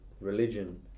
religion